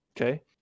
Okay